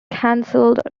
cancelled